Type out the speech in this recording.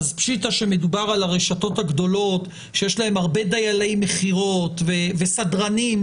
פשיטה שמדובר על הרשתות הגדולות שיש להם הרבה דיילי מכירות וסדרנים,